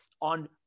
on